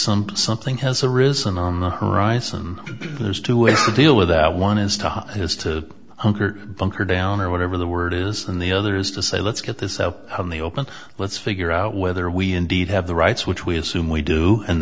some something has arisen on the horizon and there's two ways to deal with that one is to has to hunker bunker down or whatever the word is on the other is to say let's get this so in the open let's figure out whether we indeed have the rights which we assume we do and